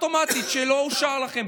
מקבלים הודעה אוטומטית: לא אושר להם.